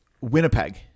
Winnipeg